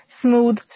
smooth